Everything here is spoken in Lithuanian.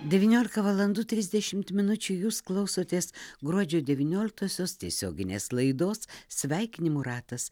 devyniolika valandų trisdešimt minučių jūs klausotės gruodžio devynioliktosios tiesioginės laidos sveikinimų ratas